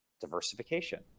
diversification